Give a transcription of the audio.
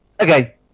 Okay